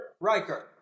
Riker